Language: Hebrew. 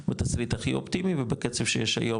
בתסריט הכי אופטימי ובקצב שיש היום,